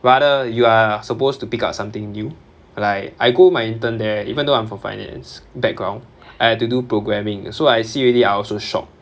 rather you are supposed to pick up something new like I go my intern there even though I'm from finance background I have to do programming so I see already I also shocked